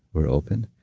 we're open,